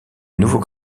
nouveau